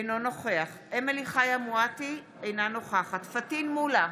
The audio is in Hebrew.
אינו נוכח אמילי חיה מואטי, אינה נוכחת פטין מולא,